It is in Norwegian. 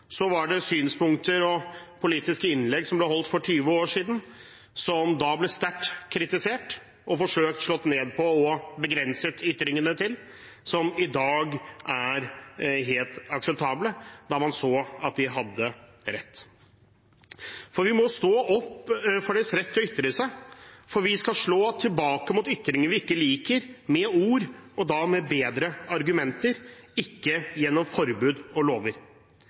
så at de hadde rett. Vi må stå opp for folks rett til å ytre seg, for vi skal slå tilbake mot ytringer vi ikke liker, med ord – og da med bedre argumenter – ikke gjennom forbud og lover.